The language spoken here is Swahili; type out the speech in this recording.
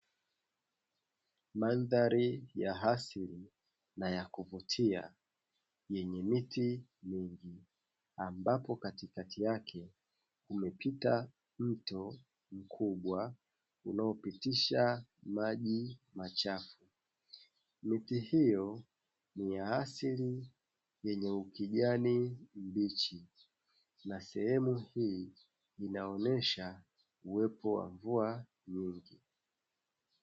Mandhari ya asili na ya kuvutia yenye miti mingi, ambapo katikati yake umepita mto mkubwa unaopitisha maji machafu. Miti hiyo ni asili yenye ukijani kibichi, na sehemu hii inaonyesha uwepo wa mvua nyingi.